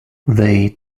they